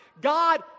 God